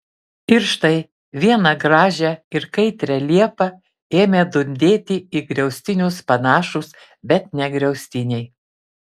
ir štai vieną gražią ir kaitrią liepą ėmė dundėti į griaustinius panašūs bet ne griaustiniai